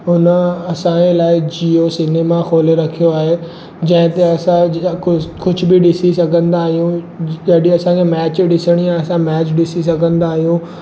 हुन असांजे लाइ जिओ सिनेमा खोले रखियो आहे जंहिं ते असां कुझु बि ॾिसी सघंदा आहियूं जॾहिं असांखे मैच ॾिसणी आहे असां मैच ॾिसी सघंदा आहियूं